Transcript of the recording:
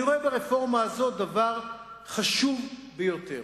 אני רואה ברפורמה הזאת דבר חשוב ביותר.